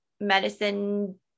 medicine